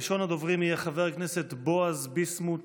ראשון הדוברים יהיה חבר הכנסת בועז ביסמוט,